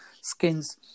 skins